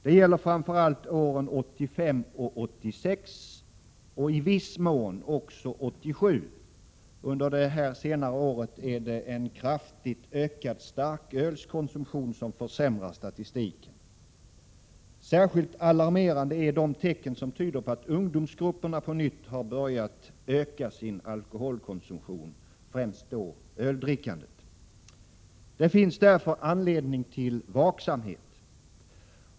Det gäller framför allt åren 1985 och 1986 samt i viss mån 1987. Under detta senare år är det en kraftigt ökad starkölskonsumtion som försämrar statistiken. Särskilt alarmerande är de tecken som tyder på att ungdomsgrupperna på nytt har börjat öka sin alkoholkonsumtion, främst då öldrickandet. Det finns därför anledning till vaksamhet.